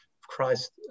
Christ